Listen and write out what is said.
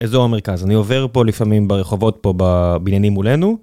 אזור המרכז, אני עובר פה לפעמים ברחובות פה בבניינים מולנו.